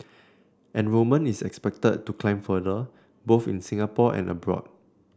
enrollment is expected to climb further both in Singapore and abroad